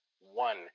one